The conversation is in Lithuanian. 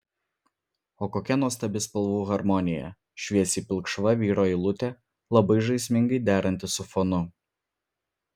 o kokia nuostabi spalvų harmonija šviesiai pilkšva vyro eilutė labai žaismingai deranti su fonu